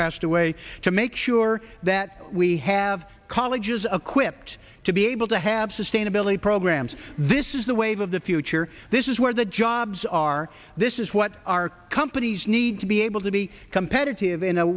passed away make sure that we have colleges a quipped to be able to have sustainability programs this is the wave of the future this is where the jobs are this is what our companies need to be able to be competitive in a